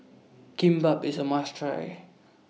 Kimbap IS A must Try